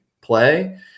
play